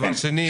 דבר שני,